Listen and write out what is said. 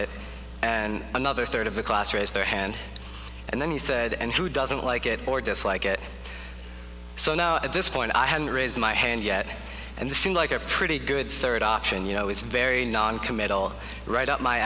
it and another third of the class raised their hand and then he said and who doesn't like it or dislike it so now at this point i hadn't raised my hand yet and the seemed like a pretty good third option you know it's very non committal right up my